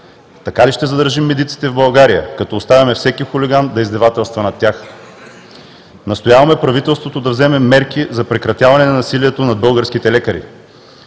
Така ли ще задържим медиците в България като оставяме всеки хулиган да издевателства над тях? Настояваме правителството да вземе мерки за прекратяване на насилието над българските лекари.